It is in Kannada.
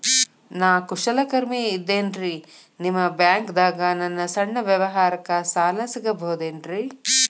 ನಾ ಕುಶಲಕರ್ಮಿ ಇದ್ದೇನ್ರಿ ನಿಮ್ಮ ಬ್ಯಾಂಕ್ ದಾಗ ನನ್ನ ಸಣ್ಣ ವ್ಯವಹಾರಕ್ಕ ಸಾಲ ಸಿಗಬಹುದೇನ್ರಿ?